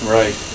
right